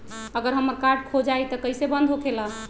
अगर हमर कार्ड खो जाई त इ कईसे बंद होकेला?